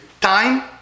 Time